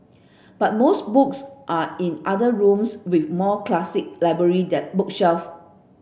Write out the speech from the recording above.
but most books are in other rooms with more classic library that book self